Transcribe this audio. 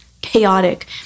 chaotic